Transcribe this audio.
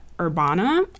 Urbana